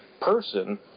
person